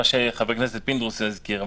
מה שחבר הכנסת פינדרוס הזכיר,